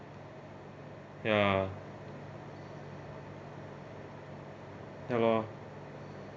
ya ya loh